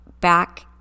back